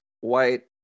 white